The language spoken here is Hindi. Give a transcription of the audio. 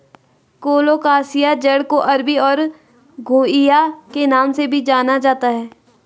कोलोकासिआ जड़ को अरबी और घुइआ के नाम से भी जाना जाता है